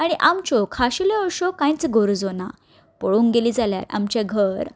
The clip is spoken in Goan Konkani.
आनी आमच्यो खाशेल्यो अश्यो कांयच गरजो ना पोळोंक गेलीं जाल्यार आमचें घर